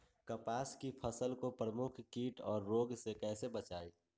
कपास की फसल को प्रमुख कीट और रोग से कैसे बचाएं?